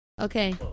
Okay